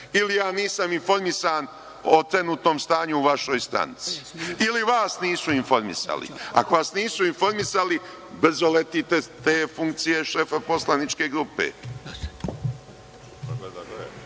ili ja nisam informisan o trenutnom stanju u vašoj stranci, ili vas nisu informisali. Ako vas nisu informisali, brzo letite s te funkcije šefa poslaničke grupe.